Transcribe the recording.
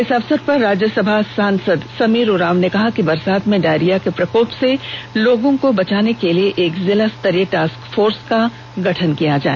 इस अवसर पर राज्यसभा सांसद समीर उरांव ने कहा कि बरसात में डायरिया के प्रकोप से लोगों को बचाने हेतु एक जिला स्तरीय टास्क फोर्स का गठन किया जाए